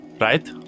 right